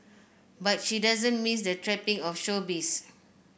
but she doesn't miss the trappings of showbiz